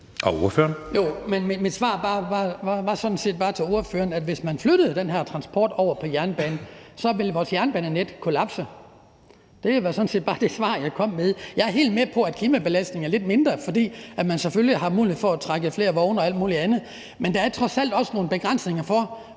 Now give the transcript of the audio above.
Skibby (DD): Jo, men mit svar var sådan set bare til ordføreren, at hvis man flyttede den her transport over på jernbanen, ville vores jernbanenet kollapse. Det var sådan set bare det svar, jeg kom med. Jeg er helt med på, at klimabelastningen er lidt mindre, fordi man selvfølgelig har mulighed for at trække flere vogne og alt muligt andet. Men der er trods alt også nogle begrænsninger for,